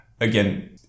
again